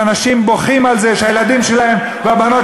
ואנשים בוכים על זה שהילדים שלהם והבנות